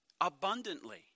abundantly